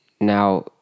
Now